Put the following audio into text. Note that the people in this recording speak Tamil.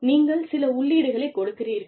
நீங்கள் சில உள்ளீடுகளைக் கொடுக்கிறீர்கள்